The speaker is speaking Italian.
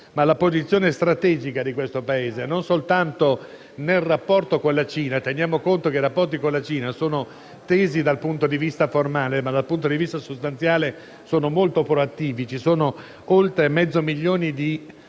ma la posizione di questo Paese è strategica non soltanto nel rapporto con la Cina. Teniamo conto che i rapporti con la Cina sono tesi dal punto di vista formale, ma dal punto di vista sostanziale sono molto proattivi; ci sono oltre mezzo milione di cinesi